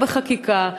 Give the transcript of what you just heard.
גם בחקיקה,